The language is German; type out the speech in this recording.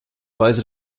weise